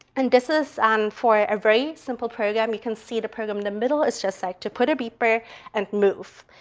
and this is um for a very simple program you can see the program in the middle. it's just like to put a beeper and move,